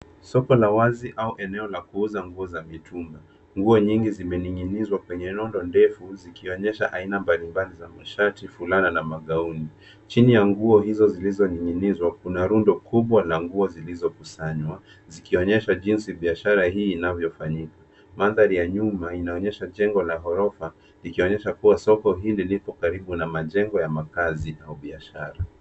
Soko la wazi au eneo la kuuza nguo za mitumba. Nguo nyingi zinening'inizwa kwenye rundo ndefu zikionyesha aina mbalimbali za mashati, fulana na magauni. Chini ya nguo hizo zilizoning'inizwa, kuna rundo kubwa la nguo zikizokusanywa, zikionyesha jinsi biashara hii inavyofanyika. Mandhari ya nyuma inaonyesha jengo la ghorofa ikionyesha kuwa soko hili lipo karibu na majengo ya makazi au biashara.